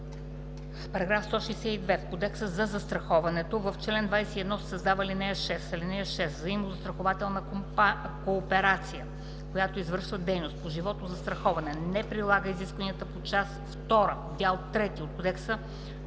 162: „§ 162. В Кодекса за застраховането в чл. 21 се създава ал. 6: „(6) Взаимозастрахователна кооперация, която извършва дейност по животозастраховане, не прилага изискванията по част втора, дял трети от този